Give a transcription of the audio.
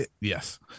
Yes